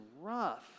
rough